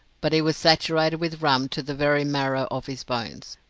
but he was saturated with rum to the very marrow of his bones.